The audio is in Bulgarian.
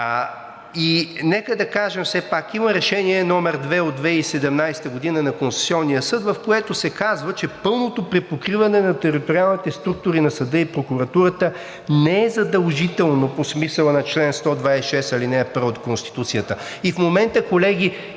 И нека да кажем все пак, има Решение № 2 от 2017 г. на Конституционния съд, в което се казва, че пълното припокриване на териториалните структури на съда и прокуратурата не е задължително по смисъла на чл. 126, ал. 1 от Конституцията.